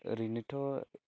ओरैनोथ'